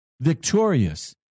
Victorious